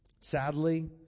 sadly